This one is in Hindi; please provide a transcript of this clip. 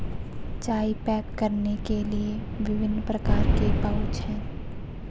चाय पैक करने के लिए विभिन्न प्रकार के पाउच हैं